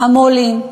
המו"לים,